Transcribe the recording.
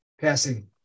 passing